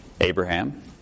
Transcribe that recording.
Abraham